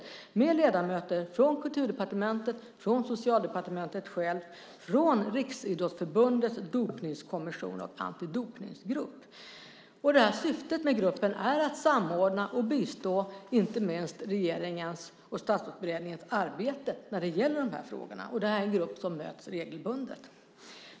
I gruppen finns ledamöter från Kulturdepartementet, från Socialdepartementet, som sagt, och från Riksidrottsförbundets dopningskommission och antidopningsgrupp. Syftet med gruppen är att den ska samordna och bistå inte minst regeringens och Statsrådsberedningens arbete med de här frågorna. Gruppen möts regelbundet.